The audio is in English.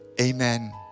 amen